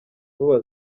vuba